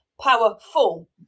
powerful